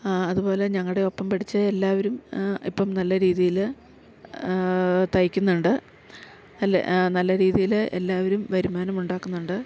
അതുപോലെ ഞങ്ങളുടെ ഒപ്പം പഠിച്ച എല്ലാവരും ഇപ്പം നല്ല രീതിയില് തയിക്കുന്നുണ്ട് നല്ല നല്ല രീതിയില് എല്ലാവരും വരുമാനം ഉണ്ടാക്കുന്നുണ്ട്